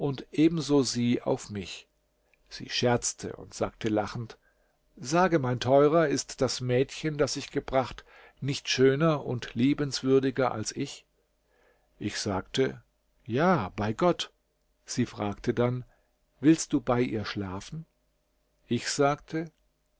ebenso sie auf mich sie scherzte und sagte lachend sage mein teurer ist das mädchen das ich gebracht nicht schöner und liebenswürdiger als ich ich sagte ja bei gott sie fragte dann willst du bei ihr schlafen ich sagte